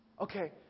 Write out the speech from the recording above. okay